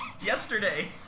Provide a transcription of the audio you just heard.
Yesterday